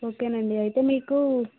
okay అండి అయితే మీకు